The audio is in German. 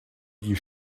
die